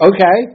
Okay